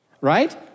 Right